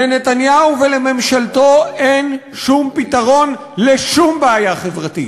לנתניהו ולממשלתו אין שום פתרון לשום בעיה חברתית,